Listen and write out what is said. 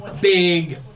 big